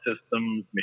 systems